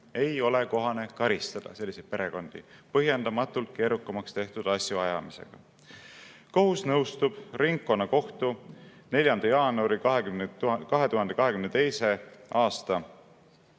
Ei ole kohane karistada selliseid perekondi põhjendamatult keerukamaks tehtud asjaajamisega. "Kohus nõustub ringkonnakohtu 4. jaanuari 2022. aasta